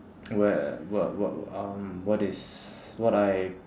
where what what um what is what I